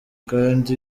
kandi